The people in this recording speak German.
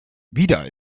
wieder